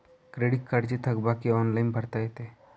credit कार्डची थकबाकी online भरता येते